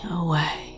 away